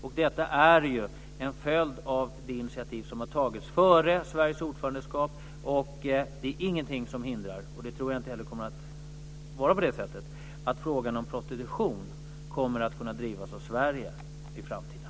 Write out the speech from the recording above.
Och detta är ju en följd av det initiativ som har tagits före Sveriges ordförandeskap, och det är ingenting som hindrar - jag tror inte heller att det kommer att vara på det sättet - att frågan om prostitution kommer att kunna drivas av Sverige i framtiden.